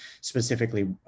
specifically